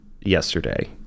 yesterday